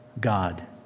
God